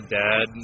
dad